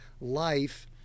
life